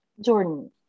jordan